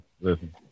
listen